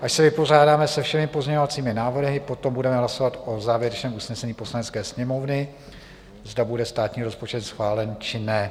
Až se vypořádáme se všemi pozměňovacími návrhy, potom budeme hlasovat o závěrečném usnesení Poslanecké sněmovny, zda bude státní rozpočet schválen, či ne.